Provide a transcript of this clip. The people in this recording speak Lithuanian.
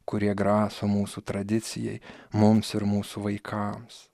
kurie graso mūsų tradicijai mums ir mūsų vaikams